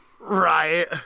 Right